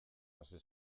hasi